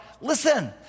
listen